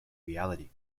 reality